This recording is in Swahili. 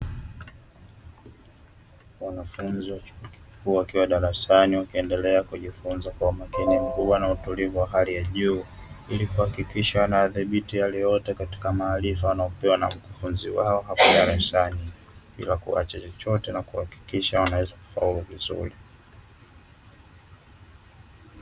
Wanafunzi wa chuo kikuu wakiwa darasani wakiendelea kujifunza kwa umakini mkubwa na utulivu wa hali ya juu, ili kuhakikisha wanayadhibiti yale yote katika maarifa wanayopewa na mkufunzi wao hapo darasani, bila kuacha chochote na kuhakikisha wanafaulu vizuri.